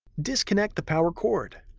disconnect the power cord.